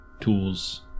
tools